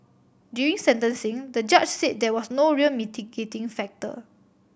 during sentencing the judge said there was no real mitigating factor